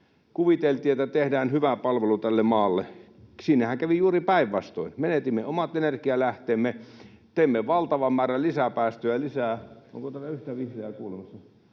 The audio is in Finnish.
Kuviteltiin, että tehdään hyvä palvelu tälle maalle. Siinähän kävi juuri päinvastoin, menetimme omat energialähteemme, teimme valtavan määrän päästöjä lisää